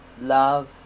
love